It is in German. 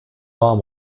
warm